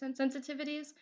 sensitivities